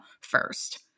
first